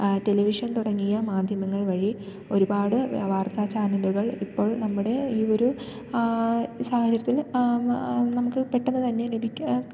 television തുടങ്ങിയ മാധ്യമങ്ങൾ വഴി ഒരു പാട് വാർത്താ ചാനലുകൾ ഇപ്പോൾ നമ്മുടെ ഈ ഒരു സാഹചര്യത്തില് നമുക്ക് പെട്ടെന്ന് തന്നെ ലഭിക്കാൻ